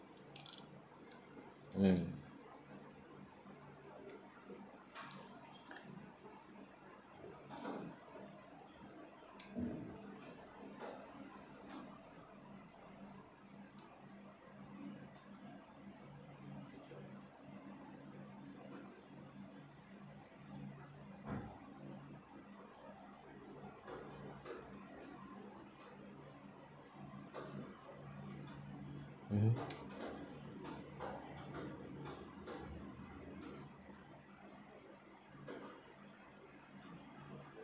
mm mmhmm